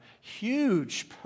huge